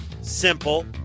simple